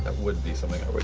and would be something i would